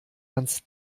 ganz